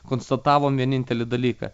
konstatavom vienintelį dalyką